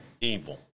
evil